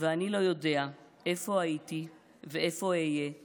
ואני לא יודע איפה הייתי ואיפה אהיה /